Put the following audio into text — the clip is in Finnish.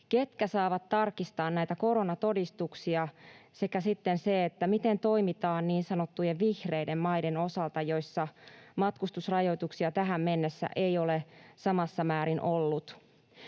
ketkä saavat tarkistaa näitä koronatodistuksia; sekä sitten se, miten toimitaan niin sanottujen vihreiden maiden osalta, joissa matkustusrajoituksia tähän mennessä ei ole samassa määrin ollut.